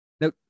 Now